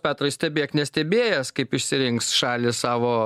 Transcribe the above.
petrai stebėk nestebėjęs kaip išsirinks šalys savo